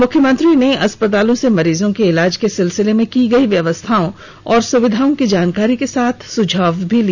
मुख्यमंत्री ने अस्पतालों से मरीजों के इलाज के सिलसिले में की गई व्यवस्थाओं और सुविधाओं की जानकारी के साथ सुझाव भी लिए